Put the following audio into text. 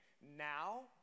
now